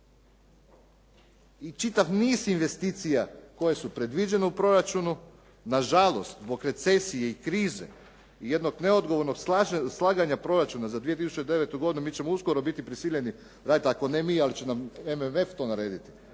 I čitav niz investicija koje su predviđene u proračunu nažalost zbog recesije i krize i jednog neodgovornog slaganja proračuna za 2009. godinu mi ćemo uskoro biti prisiljeni raditi, ako ne mi, ali će nam MMF to narediti,